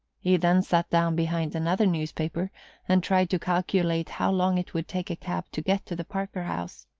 he then sat down behind another newspaper and tried to calculate how long it would take a cab to get to the parker house.